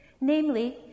Namely